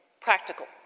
practical